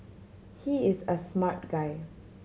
he is a smart guy